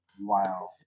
Wow